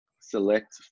select